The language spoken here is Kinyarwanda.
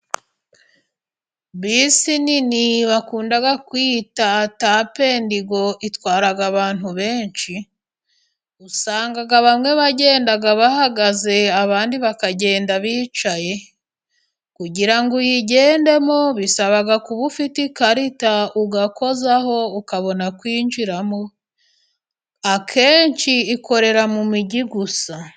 Bisi nini bakunda kwita tapendigo itwara abantu benshi, usanga bamwe bagenda bahagaze abandi bakagenda bicaye, kugira uyigendemo bisaba kuba ufite ikarita ugakozaho ukabona kwinjiramo, akenshi ikorera mu mijyi gusa.